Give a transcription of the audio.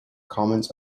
comments